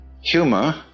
humor